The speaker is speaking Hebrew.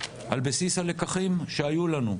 על בסיס הלקחים שהיו לנו.